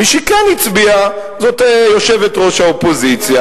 מי שכן הצביעה זאת יושבת-ראש האופוזיציה,